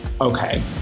okay